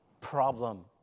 problem